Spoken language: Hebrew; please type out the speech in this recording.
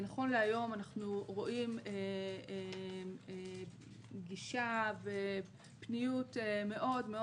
ונכון להיום אנחנו רואים גישה ופניות מאוד מאוד